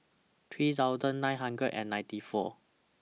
three thousand nine hundred and ninety four